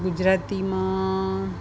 ગુજરાતીમાં